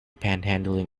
panhandling